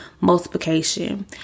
multiplication